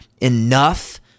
enough